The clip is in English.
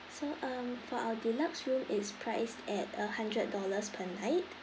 so um for our deluxe room it's priced at a hundred dollars per night